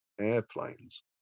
airplanes